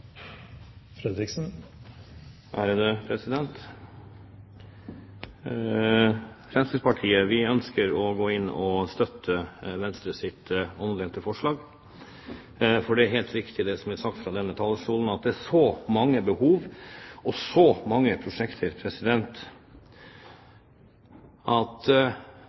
Fremskrittspartiet ønsker å støtte Venstres omdelte forslag. Det er helt riktig, som det er sagt fra denne talerstolen, at det her er så mange behov og så mange prosjekter at